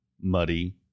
muddy